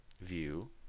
view